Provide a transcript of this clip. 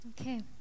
Okay